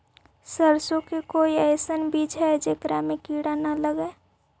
सरसों के कोई एइसन बिज है जेकरा में किड़ा न लगे?